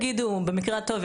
במקרה הטוב,